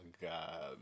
god